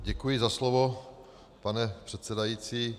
Děkuji za slovo, pane předsedající.